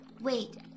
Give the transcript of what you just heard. Wait